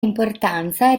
importanza